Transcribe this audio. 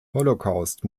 holocaust